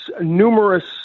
numerous